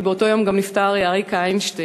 כי באותו היום נפטר גם אריק איינשטיין.